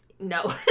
No